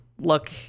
look